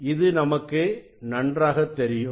இது நமக்கு நன்றாக தெரியும்